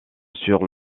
sur